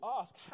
ask